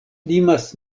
limas